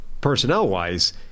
personnel-wise